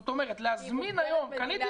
זאת אומרת להזמין היום ------ ממדינה בעולם שלישי.